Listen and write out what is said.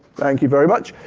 thank you very much.